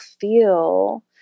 feel